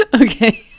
okay